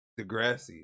Degrassi